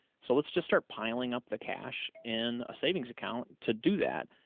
so let's just start piling up the cash in a savings account to do that.